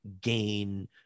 gain